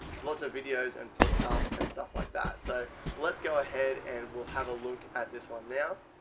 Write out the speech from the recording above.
lots of videos and podcasts and stuff like that. so let's go ahead and we'll have a look at this one now.